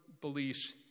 beliefs